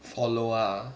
follow ah